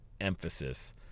emphasis